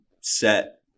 set